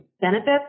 benefits